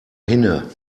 hinne